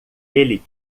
ele